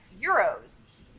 euros